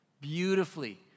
beautifully